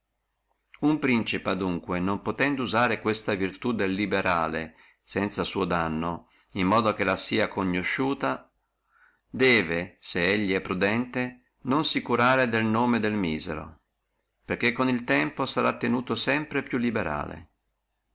uno principe adunque non potendo usare questa virtù del liberale sanza suo danno in modo che la sia conosciuta debbe selli è prudente non si curare del nome del misero perché col tempo sarà tenuto sempre più liberale